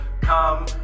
come